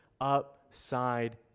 upside